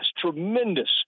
tremendous